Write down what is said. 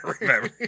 remember